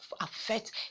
affect